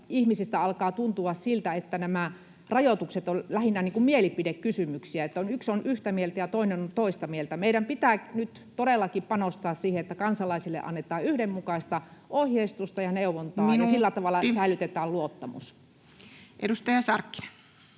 ihmisistä alkaa tuntua siltä, että nämä rajoitukset ovat lähinnä niin kuin mielipidekysymyksiä, että yksi on yhtä mieltä ja toinen on toista mieltä. Meidän pitää nyt todellakin panostaa siihen, että kansalaisille annetaan yhdenmukaista ohjeistusta ja neuvontaa [Puhemies: Minuutti!] ja sillä tavalla säilytetään luottamus. Edustaja Sarkkinen.